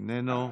איננו,